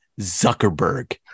Zuckerberg